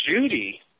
Judy